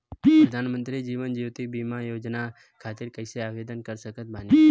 प्रधानमंत्री जीवन ज्योति बीमा योजना खातिर कैसे आवेदन कर सकत बानी?